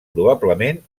probablement